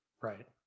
Right